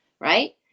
right